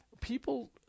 People